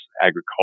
agriculture